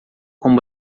com